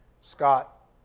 Scott